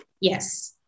Yes